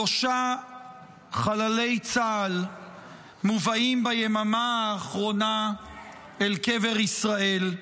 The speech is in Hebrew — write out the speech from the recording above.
שלושה חללי צה"ל מובאים ביממה האחרונה אל קבר ישראל.